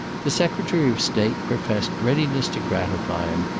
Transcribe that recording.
the secretary of state professed readiness to gratify him,